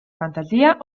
fantasia